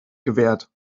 gewährt